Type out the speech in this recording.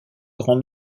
grand